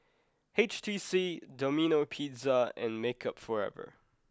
H T C Domino Pizza and Makeup Forever